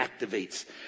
activates